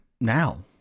now